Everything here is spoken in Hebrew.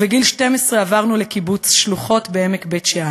ובגיל 12 עברנו לקיבוץ שלוחות בעמק בית-שאן.